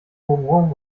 bourbon